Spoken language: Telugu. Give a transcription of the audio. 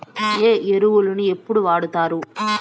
ఏ ఎరువులని ఎప్పుడు వాడుతారు?